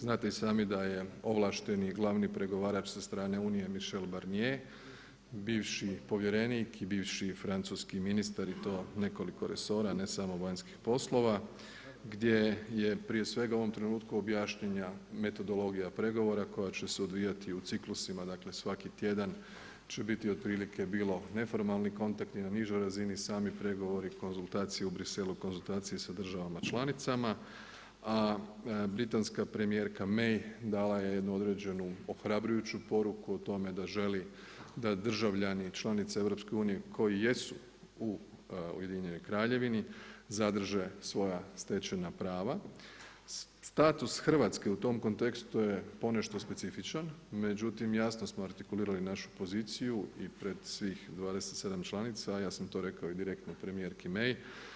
Znate i sami da je ovlašteni, glavni pregovarač sa strane Unije Mišel Barnije, bivši povjerenik i bivši francuski ministar i to nekoliko resora, ne samo vanjskih poslova, gdje je prije svega u ovom trenutku objašnjenja metodologija pregovora koja će se odvijati u ciklusima, svaki tjedan će biti otprilike, bilo neformalni kontakt na jednoj nižoj razini, sami pregovori i konzultacije u Bruxellesu, konzultacije sa državama članicama, a britanska primjerka May, dala je jednu određenu, ohrabrujuću poruku, o tome da želi, da državljani, članice EU, koji jesu u UK, zadrže svoja stečajna prava, status Hrvatske u tom kontekstu je ponešto specifičan, međutim jasno artikulirali našu poziciju i pred svih 27 članica, a ja sam to rekao direktno premijerki May.